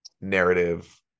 narrative